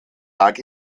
lag